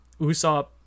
Usopp